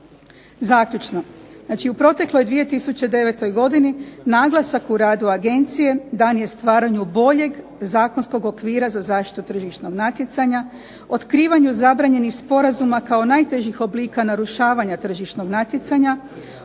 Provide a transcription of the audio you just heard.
Zaključno. Znači u protekloj 2009. godini naglasak u radu Agencije dan je stvaranju boljeg zakonskog okvira za zaštitu tržišnog natjecanja, otkrivanju zabranjenih sporazuma kao najtežih oblika narušavanja tržišnog natjecanja,